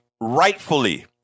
Rightfully